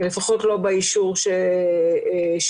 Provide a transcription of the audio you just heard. לפחות לא באישור שניתן.